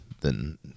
then-